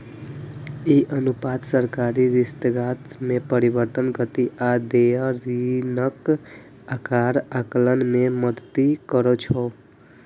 ई अनुपात सरकारी ऋणग्रस्तता मे परिवर्तनक गति आ देय ऋणक आकार आकलन मे मदति करै छै